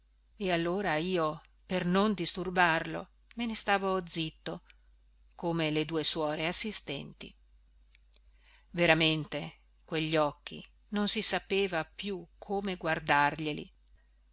e allora io per non disturbarlo me ne stavo zitto come le due suore assistenti veramente quegli occhi non si sapeva più come